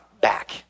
back